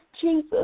Jesus